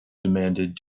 demanded